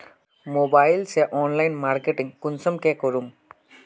Mobile से online marketing कुंसम के करूम?